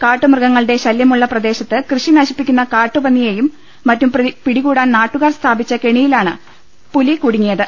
കാട്ടുമൃഗങ്ങളുടെ ശലൃമുളള പ്രദേശത്ത് കൃഷി നശിപ്പിക്കുന്ന കാട്ടുപന്നിയെയും മറ്റും പിടികൂടാൻ നാട്ടുകാർ സ്ഥാപിച്ച കെണിയിലാണ് പുലി കുടുങ്ങിയത്